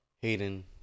Hayden